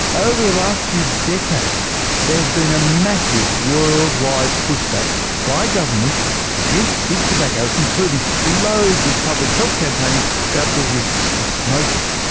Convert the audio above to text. over the last few decades there has been a massive worldwide pushback by governments against big tobacco, including loads of public health campaigns about the risks of smoking.